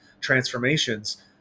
transformations